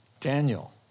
Daniel